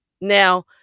Now